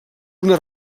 una